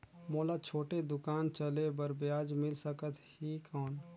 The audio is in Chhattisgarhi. मोला छोटे दुकान चले बर ब्याज मिल सकत ही कौन?